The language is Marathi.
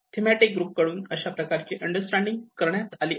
थेमॅटिक ग्रुप कडून अशा प्रकारची अंडरस्टॅंडिंग करण्यात आली आहे